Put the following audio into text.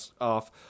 off